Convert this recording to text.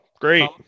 great